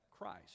Christ